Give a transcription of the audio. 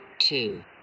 Two